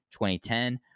2010